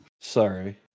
Sorry